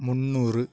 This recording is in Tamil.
முன்னூறு